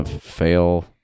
Fail